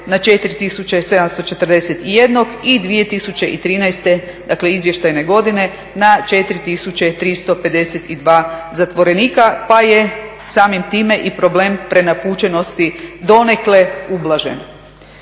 na 4741 i 2013., dakle izvještajne godine na 4352 zatvorenika pa je samim time i problem prenapučenosti donekle ublažen.